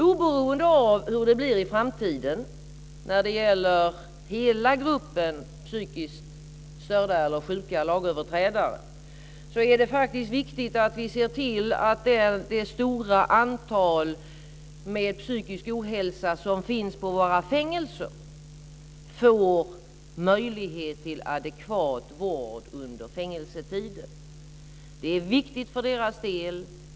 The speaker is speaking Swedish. Oberoende av hur det blir i framtiden när det gäller hela gruppen psykiskt störda eller sjuka lagöverträdare är det faktiskt viktigt att vi ser till att det stora antal med psykisk ohälsa som finns på våra fängelser får möjlighet till adekvat vård under fängelsetiden. Det är viktigt för deras del.